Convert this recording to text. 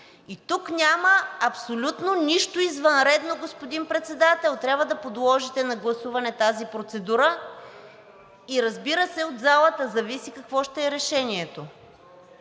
И тук няма абсолютно нищо извънредно, господин Председател. Трябва да подложите на гласуване тази процедура и, разбира се, от залата зависи какво ще е решението.